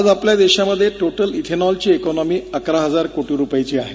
आज आपल्या देशामध्ये टोटल इथेनॉलची इकोनॉमी अकरा हजार कोटी रुपयांची आहे